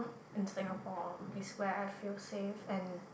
and Singapore is where I feel safe and